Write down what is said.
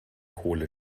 kohle